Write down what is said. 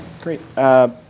great